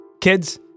Kids